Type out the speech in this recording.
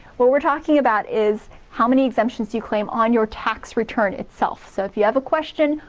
but we're talking about is how many exemptions do you claim on your tax return itself so if you have a question,